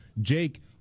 Jake